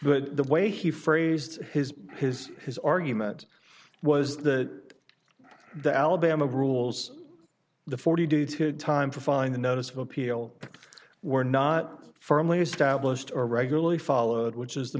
to the way he phrased his his his argument was that the alabama rules the forty due to time for fine the notice of appeal were not firmly established or regularly followed which is the